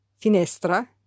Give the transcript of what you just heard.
finestra